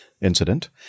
incident